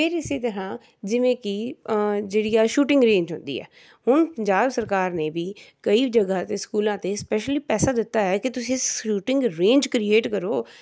ਫਿਰ ਇਸੇ ਤਰ੍ਹਾਂ ਜਿਵੇਂ ਕਿ ਜਿਹੜੀ ਆ ਸ਼ੂਟਿੰਗ ਰੇਂਜ ਹੁੰਦੀ ਆ ਹੁਣ ਪੰਜਾਬ ਸਰਕਾਰ ਨੇ ਵੀ ਕਈ ਜਗ੍ਹਾ 'ਤੇ ਸਕੂਲਾਂ 'ਤੇ ਸ਼ਪੈਸਲੀ ਪੈਸਾ ਦਿੱਤਾ ਹੈ ਕਿ ਤੁਸੀਂ ਸ਼ੂਟਿੰਗ ਰੇਂਜ ਕਰੀਏਟ ਕਰੋ